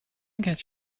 get